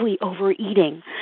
overeating